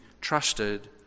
trusted